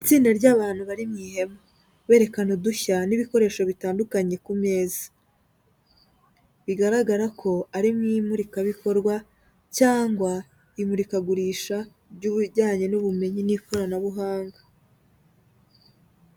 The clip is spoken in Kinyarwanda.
Itsinda ry'abantu bari mu ihema, berekana udushya n'ibikoresho bitandukanye ku meza, bigaragara ko ari mu imurikabikorwa cyangwa imurikagurisha ry'ibijyanye n'ubumenyi n'ikoranabuhanga.